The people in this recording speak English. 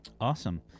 Awesome